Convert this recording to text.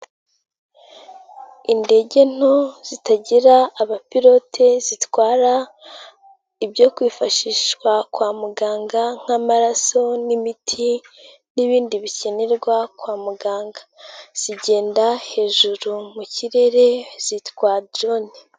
Indege nto zitagira abapilote zitwara ibyo kwifashishwa kwa muganga nk'amaraso n'imiti n'ibindi bikenerwa kwa muganga, zigenda hejuru mu kirere zitwa joni.